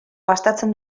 gastatzen